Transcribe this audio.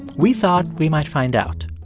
we thought we might find out.